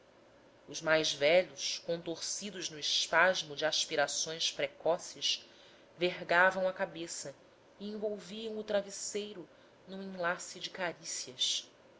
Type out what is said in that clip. os mais velhos contorcidos no espasmo de aspirações precoces vergavam a cabeça e envolviam o travesseiro num enlace de carícias